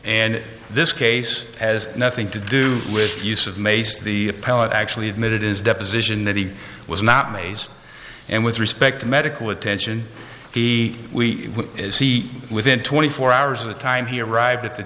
and this case has nothing to do with use of mace the pellet actually admit it is deposition that he was not mayes and with respect to medical attention he we see within twenty four hours of the time he arrived at the